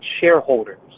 shareholders